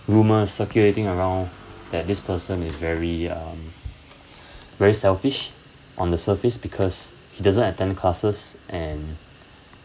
rumours circulating around that this person is very um very selfish on the surface because he doesn't attend classes and